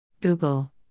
Google